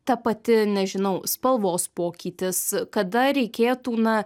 ta pati nežinau spalvos pokytis kada reikėtų na